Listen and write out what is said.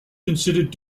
considered